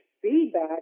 feedback